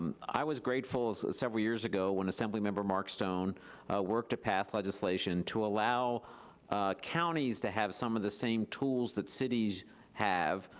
um i was grateful several years ago, when assemblymember mark stone worked a path legislation to allow counties to have some of the same tools that cities have